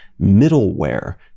middleware